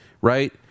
right